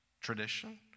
tradition